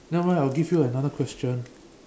nevermind I will give you another question